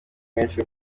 menshi